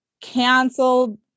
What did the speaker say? canceled